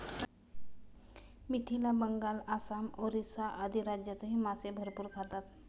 मिथिला, बंगाल, आसाम, ओरिसा आदी राज्यांतही मासे भरपूर खातात